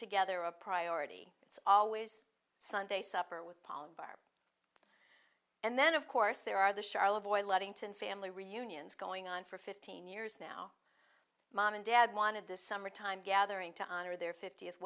together a priority it's always sunday supper with palm bar and then of course there are the charleville ludington family reunions going on for fifteen years now mom and dad wanted this summertime gathering to honor their fiftieth